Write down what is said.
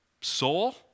soul